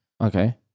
Okay